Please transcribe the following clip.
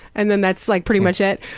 and then that's like pretty much it.